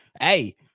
Hey